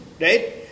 right